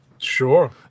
Sure